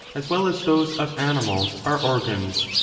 as well as those of animals, are organs,